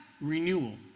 renewal